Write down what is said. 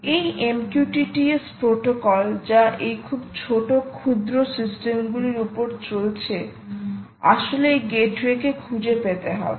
এই MQTT S protocol যা এই খুব ছোট ক্ষুদ্র সিস্টেমগুলির উপর চলছে আসলে এই গেটওয়ে কে খুঁজে পেতে হবে